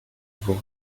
vous